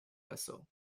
vessel